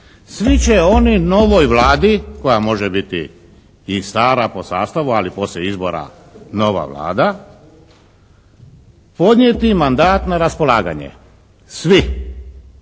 Svi će oni novoj Vladi koja može biti i stara po sastavu, ali poslije izbora nova Vlada podnijeti mandat na raspolaganje svi